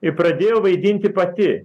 ir pradėjo vaidinti pati